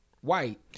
White